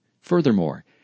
Furthermore